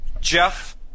Jeff